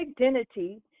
identity